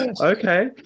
okay